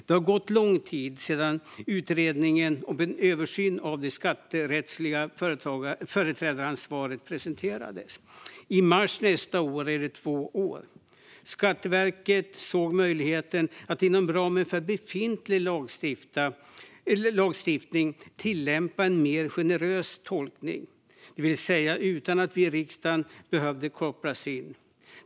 Det har gått lång tid sedan utredningen om en översyn av det skatterättsliga företrädaransvaret presenterades. I mars nästa år har det gått två år. Skatteverket såg möjligheten att inom ramen för befintlig lagstiftning tillämpa en mer generös tolkning, det vill säga utan att vi i riksdagen behövde kopplas in.